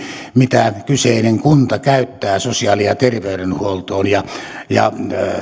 mitä kyseinen kunta käyttää sosiaali ja terveydenhuoltoon